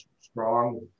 strong